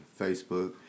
Facebook